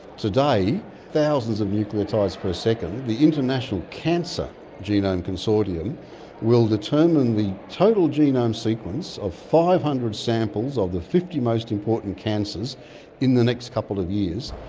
today thousands of nucleotides per second. the international cancer genome consortium will determine the total genome sequence of five hundred samples of the fifty most important cancers in the next couple of years.